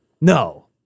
no